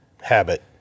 habit